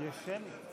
אין לך מה להגיד יותר?